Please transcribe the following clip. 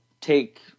take